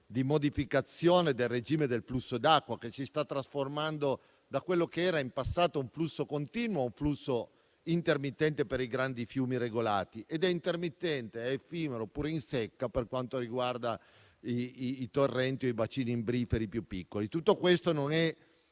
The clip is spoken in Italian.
di modificazione del regime del flusso d'acqua, che si sta trasformando da quello che era in passato un flusso continuo a un flusso intermittente per i grandi fiumi regolati ed è intermittente, effimero oppure in secca per quanto riguarda i torrenti o i bacini imbriferi più piccoli. Tutto questo non è,